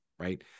Right